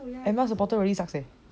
M_L supporter really sucks eh